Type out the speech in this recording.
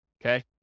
Okay